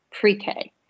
pre-K